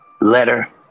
letter